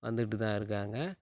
வந்துட்டு தான் இருக்காங்கள்